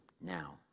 Now